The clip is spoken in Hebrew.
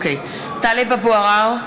(קוראת בשמות חברי הכנסת) טלב אבו עראר,